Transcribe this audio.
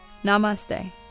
Namaste